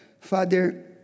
Father